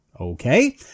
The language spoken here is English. Okay